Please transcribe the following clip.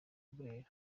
burera